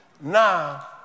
Now